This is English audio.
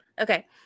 Okay